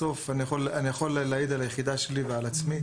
אני יכול להעיד על היחידה שלי ועל עצמי